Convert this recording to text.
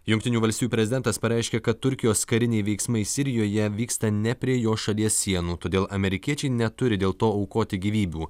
jungtinių valstijų prezidentas pareiškė kad turkijos kariniai veiksmai sirijoje vyksta ne prie jo šalies sienų todėl amerikiečiai neturi dėl to aukoti gyvybių